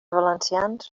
valencians